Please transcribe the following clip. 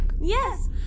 Yes